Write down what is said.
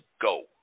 go